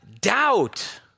doubt